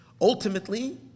Ultimately